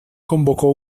convocó